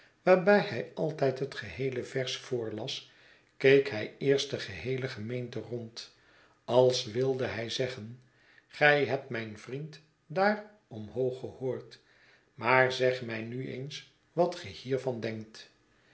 waarbij hij altijd het geheele vers yoorlas keek hij eerst de geheele gemeente rond als wilde hij zeggen gij hebt mijn vriend daar omhoog gehoord maar zeg mij nu eens wat ge hiervan denkt